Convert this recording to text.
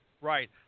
Right